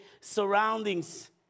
surroundings